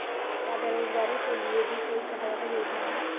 क्या बेरोजगारों के लिए भी कोई सहायता योजना है?